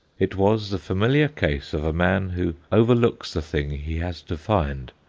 it was the familiar case of a man who overlooks the thing he has to find,